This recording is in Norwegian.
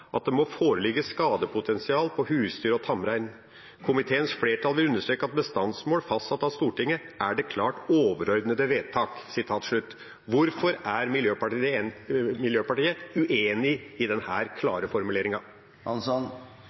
at det må foreligge skadepotensial på husdyr og tamrein. Komiteens flertall vil understreke at bestandsmål fastsatt av Stortinget er det klart overordnede vedtak.» Hvorfor er Miljøpartiet De Grønne uenig i denne klare formuleringen? Jeg er ikke uenig i formuleringen. Jeg tar den